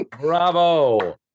Bravo